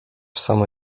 samo